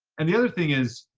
and the other thing is,